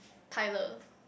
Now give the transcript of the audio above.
Tyler